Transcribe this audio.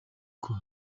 uko